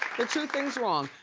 are two things wrong.